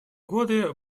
годы